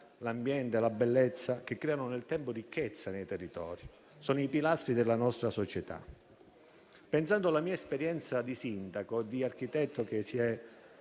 l'ambiente e la bellezza, che creano nel tempo ricchezza nei territori e sono i pilastri della nostra società. Pensando alla mia esperienza di sindaco e di architetto, dato